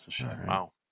Wow